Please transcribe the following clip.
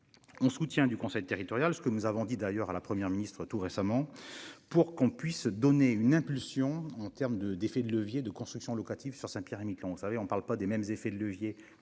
On soutien du conseil territorial, ce que nous avons dit d'ailleurs à la Première ministre tout récemment pour qu'on puisse donner une impulsion en terme de d'effet de levier de construction locative sur Saint-Pierre-et-Miquelon. Vous savez, on ne parle pas des mêmes effets de levier